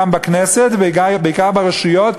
גם בכנסת ובעיקר ברשויות,